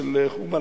של חורבן.